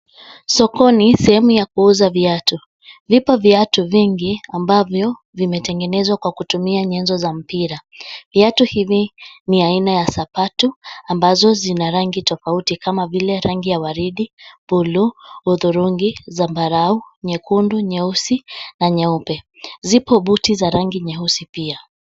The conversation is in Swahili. Sokoni sehemu ya kuuza viatu. Vipo viatu vingi ambavyo vimetengenezwa kwa kutumia nyenzo za mpira. Viatu hivi ni aina ya sapatu ambavyo vina rangi tofauti kama vile rangi ya waridi, buluu, hudhurungi, zambarau, nyekundu, nyeusi na nyeupe. Zipo boot za rangi nyeusi pia.